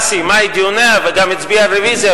סיימה את דיוניה וגם הצביעה על רוויזיה,